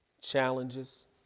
challenges